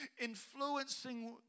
influencing